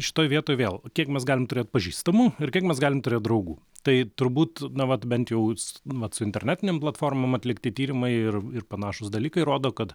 šitoj vietoj vėl kiek mes galim turėt pažįstamų ir kiek mes galim turėt draugų tai turbūt na vat bent jūs s vat su internetinėm platformom atlikti tyrimai ir ir panašūs dalykai rodo kad